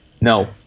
No